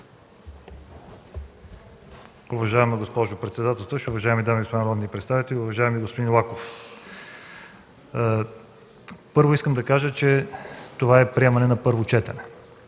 Уважаема госпожо председател, уважаеми дами и господа народни представители, уважаеми господин Лаков! Първо, искам да кажа, че това е приемане на първо четене.